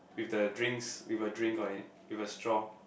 with the drinks with a drink on it with a straw